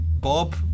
Bob